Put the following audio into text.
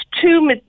two